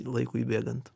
laikui bėgant